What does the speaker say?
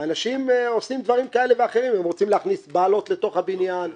אנשים עושים דברים כאלה ואחרים הם רוצים להכניס בלות לתוך הבניין.